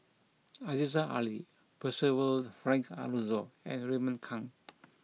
Aziza Ali Percival Frank Aroozoo and Raymond Kang